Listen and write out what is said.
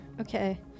Okay